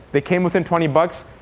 they came within twenty but